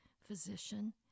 Physician